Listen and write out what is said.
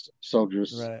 soldiers